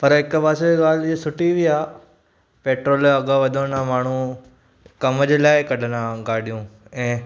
पर हिकु पासे ॻाल्हि इहा सुठी बि आहे पैट्रोल जा वधि वधंदा माण्हू कमु जे लाइ कढंदा गाॾियूं ऐं